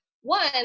One